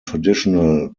traditional